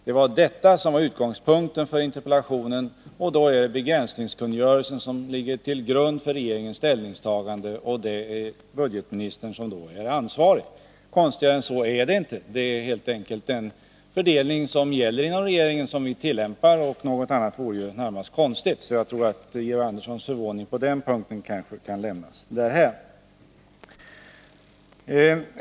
Eftersom det var utgångspunkten för interpellationen, är det begränsningskungörelsen som ligger till grund för regeringens ställningstagande, och då är budgetministern ansvarig. Besynnerligare än så är det inte. Vi tillämpar helt enkelt den fördelning som gäller inom regeringen — något annat vore ju konstigt — så jag tror att Georg Anderssons förvåning på den punkten kan lämnas därhän.